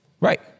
Right